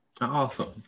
Awesome